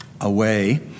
Away